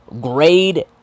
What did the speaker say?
Grade